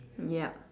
ya